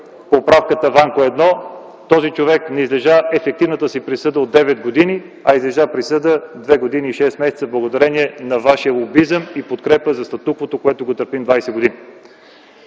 поправката Ванко-1, този човек не излежа ефективната си присъда от 9 г., а излежа присъда от 2 г. и 6 м. благодарение на вашия лобизъм и подкрепа за статуквото, което търпим 20 г.